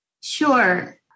Sure